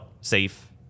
safe